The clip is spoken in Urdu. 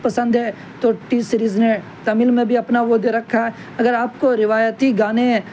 پسند ہے تو ٹی سیریز نے تمل میں بھی اپنا وہ دے رکھا ہے اگر آپ کو روایتی گانے